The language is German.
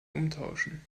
umtauschen